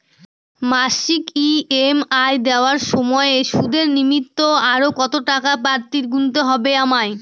মাসিক ই.এম.আই দেওয়ার সময়ে সুদের নিমিত্ত আরো কতটাকা বাড়তি গুণতে হবে আমায়?